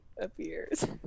appears